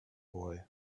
boy